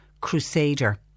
crusader